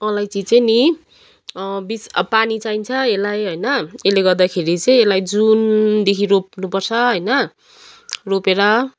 अलैँची चाहिँ नि बिच अब पानी चाहिन्छ यसलाई होइन यसले गर्दाखेरि चाहिँ यसलाई जुनदेखि रोप्नुपर्छ होइन रोपेर